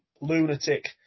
lunatic